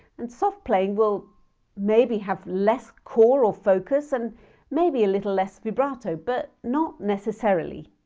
and soft playing will maybe have less core or focus and maybe a little less vibrato, but not necessarily!